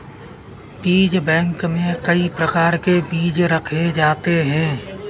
बीज बैंक में कई प्रकार के बीज रखे जाते हैं